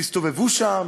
תסתובבו שם,